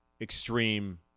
extreme